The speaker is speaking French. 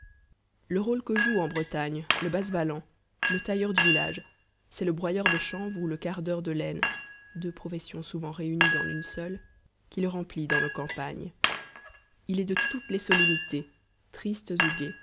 le rôle que joue en bretagne le bazvalan le tailleur du village c'est le broyeur de chanvre ou le cardeur de laine deux professions souvent réunies en une seule qui le remplit dans nos campagnes il est de toutes les solennités tristes ou gaies